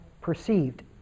perceived